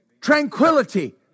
tranquility